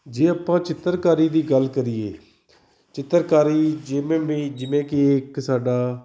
ਜੇ ਆਪਾਂ ਚਿੱਤਰਕਾਰੀ ਦੀ ਗੱਲ ਕਰੀਏ ਚਿੱਤਰਕਾਰੀ ਜਿਮੇ ਵੀ ਜਿਵੇਂ ਕਿ ਇੱਕ ਸਾਡਾ